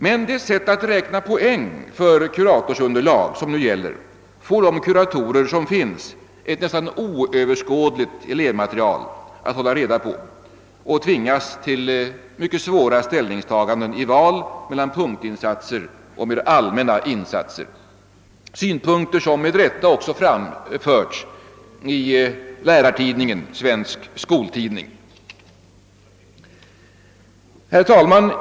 Med det sätt att räkna poäng för kuratorsunderlag som nu gäller får de kuratorer som finns ett nästan oöverskådligt elevmaterial att hålla reda på och tvingas till svåra ställningstaganden vid val mellan punktinsatser och mer allmänna insatser. Dessa synpunkter har med rätta framförts i lärartidningen Svensk skoltidning. Herr talman!